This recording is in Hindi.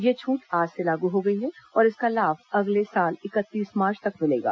यह छूट आज से लागू हो गई है और इसका लाभ अगले साल इकतीस मार्च तक मिलेगा